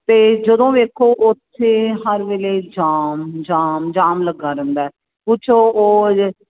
ਅਤੇ ਜਦੋਂ ਵੇਖੋ ਉੱਥੇ ਹਰ ਵੇਲੇ ਜਾਮ ਜਾਮ ਜਾਮ ਲੱਗਾ ਰਹਿੰਦਾ ਕੁਛ ਉਹ ਉਹ ਹਾਲੇ